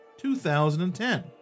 2010